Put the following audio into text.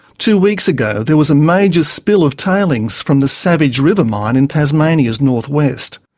two weeks ago there was a major spill of tailings from the savage river mine in tasmania's north-west.